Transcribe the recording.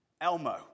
Elmo